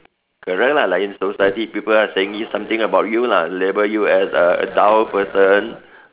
correct lah like in society people are saying something about you lah label you as a a dull person